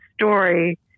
story